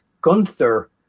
Gunther